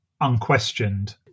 unquestioned